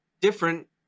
Different